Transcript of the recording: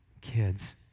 kids